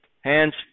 hands